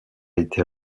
été